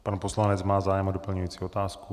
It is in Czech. Pan poslanec má zájem o doplňující otázku.